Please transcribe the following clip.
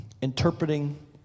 interpreting